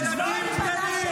ילדים קטנים.